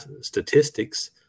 statistics